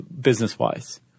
business-wise